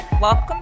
Welcome